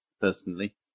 personally